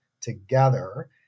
together